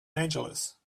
angeles